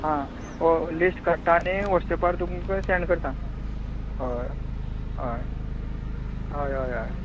आं लिस्ट काडटा आनी वॉटस्पेपार तुमकां सॅड करता हय हय हय हय हय